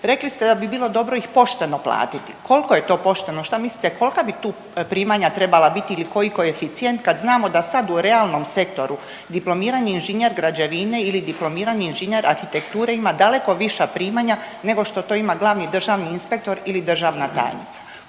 Rekli ste da bi bilo dobro ih pošteno platiti. Koliko je to pošteno? Šta mislite kolika bi tu primanja trebala biti ili koji koeficijent kad znamo da sad u realnom sektoru diplomirani inženjer građevine ili diplomirani inženjer arhitekture ima daleko viša primanja nego što to ima glavni državni inspektor ili državna tajnica.